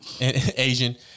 Asian